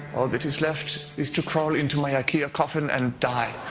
that is left is to crawl into my ikea coffin and die.